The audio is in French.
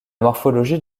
morphologie